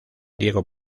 diego